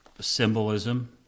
symbolism